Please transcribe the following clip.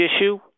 issue